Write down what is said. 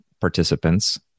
participants